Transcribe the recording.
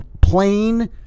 plain